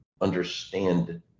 understand